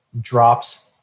drops